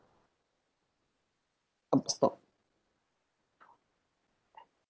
stop